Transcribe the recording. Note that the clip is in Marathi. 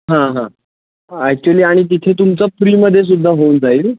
हां हां हां अॅक्चुली आणि तिथे तुमचं फ्रीमध्ये सुद्धा होऊन जाईल